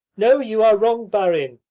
no, you are wrong, barin,